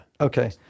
Okay